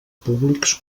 públics